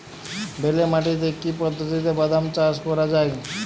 বেলে মাটিতে কি পদ্ধতিতে বাদাম চাষ করা যায়?